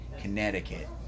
Connecticut